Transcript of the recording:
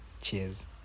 cheers